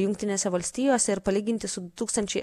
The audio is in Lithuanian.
jungtinėse valstijose ir palyginti su du tūkstančiai